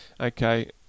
Okay